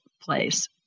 place